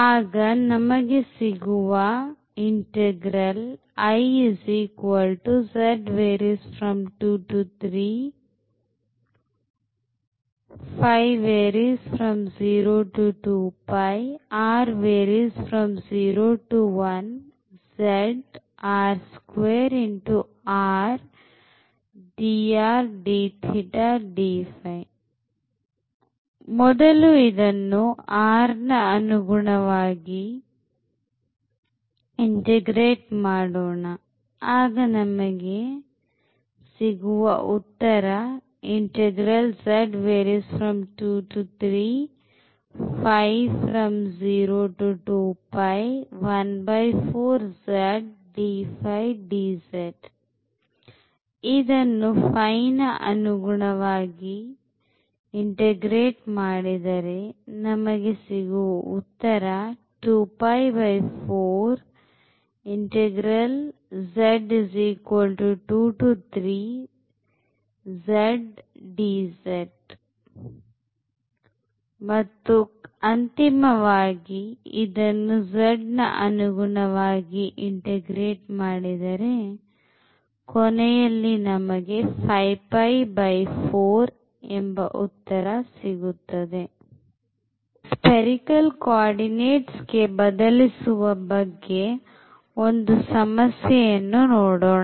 ಈಗ spherical coordinates ಗೆ ಬದಲಿಸುವ ಬಗ್ಗೆ ಒಂದುಸಮಸ್ಯೆಯನ್ನು ನೋಡೋಣ